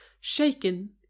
shaken